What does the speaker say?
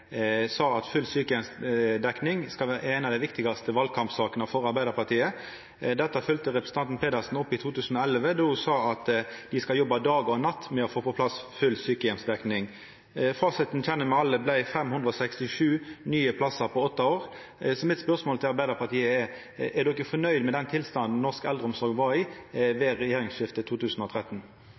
sa at full sjukeheimsdekning skulle vera ei av dei viktigaste valkampsakene for Arbeidarpartiet. Dette følgde representanten Pedersen opp i 2011, då ho sa at dei skulle jobba dag og natt med å få på plass full sjukeheimsdekning. Fasiten kjenner me alle vart 567 nye plassar på åtte år. Mitt spørsmål til Arbeidarpartiet er: Er de nøgde med den tilstanden norsk eldreomsorg var i ved regjeringsskiftet i 2013?